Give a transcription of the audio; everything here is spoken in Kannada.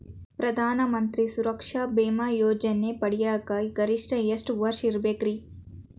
ಪ್ರಧಾನ ಮಂತ್ರಿ ಸುರಕ್ಷಾ ಭೇಮಾ ಯೋಜನೆ ಪಡಿಯಾಕ್ ಗರಿಷ್ಠ ಎಷ್ಟ ವರ್ಷ ಇರ್ಬೇಕ್ರಿ?